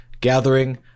Gathering